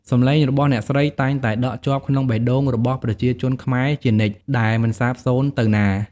សម្លេងរបស់អ្នកស្រីតែងតែដក់ជាប់ក្នុងបេះដូងរបស់ប្រជាជនខ្មែរជានិច្ច ដែលមិនសាបសូន្យទៅណា។